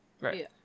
right